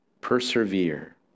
persevere